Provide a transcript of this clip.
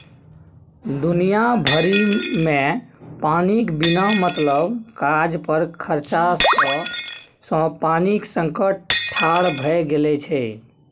दुनिया भरिमे पानिक बिना मतलब काज पर खरचा सँ पानिक संकट ठाढ़ भए गेल छै